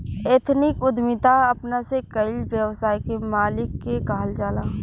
ethnic उद्यमिता अपना से कईल व्यवसाय के मालिक के कहल जाला